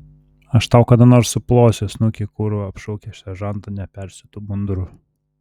aš tau kada nors suplosiu snukį kurva apšaukė seržantą nepersiūtu munduru